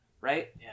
Right